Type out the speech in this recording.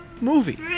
movie